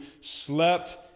slept